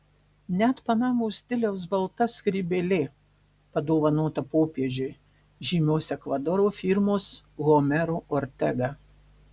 net panamos stiliaus balta skrybėlė padovanota popiežiui žymios ekvadoro firmos homero ortega